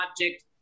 object